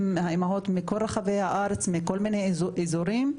אימהות מכל רחבי הארץ, מכל מיני אזורים,